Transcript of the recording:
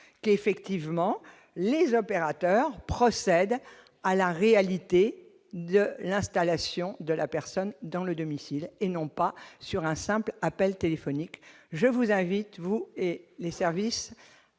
qu'effectivement les opérateurs procèdent à la réalité de l'installation de la personne dans le domicile et non pas sur un simple appel téléphonique, je vous invite vous et les services